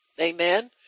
Amen